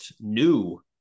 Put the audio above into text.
new